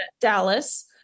dallas